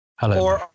Hello